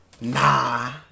Nah